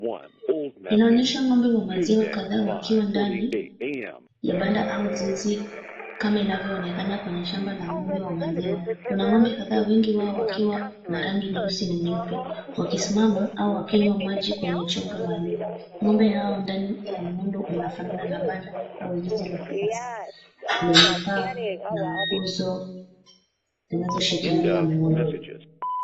Inaonyesha ng'ombe wa maziwa kadhaa wakiwa ndani ya banda au zizi kama inavyoonekana kwenye shamba la ng'ombe wa maziwa. Kuna ng'ombe kadhaa wengi wao wakiwa na rangi myeusi na meupe wakisimama au wakinywa maji kwenye chombo maalum. Ng'ombe hawa ndani na muundo unafanana na banda au zizi la kisasa lenye paa na nguzo zinazoshikilia muundo.